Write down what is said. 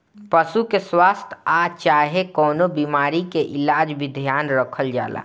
पशु के स्वास्थ आ चाहे कवनो बीमारी के इलाज के भी ध्यान रखल जाला